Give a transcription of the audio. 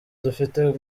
dufite